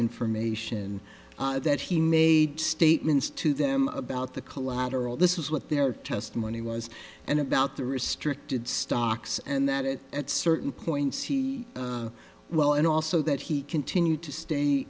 information that he made statements to them about the collateral this was what their testimony was and about the restricted stocks and that it at certain points he well and also that he continued to stay